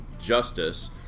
Justice